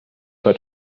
but